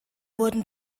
wurden